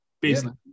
business